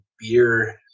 beer